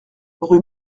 rue